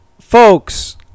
folks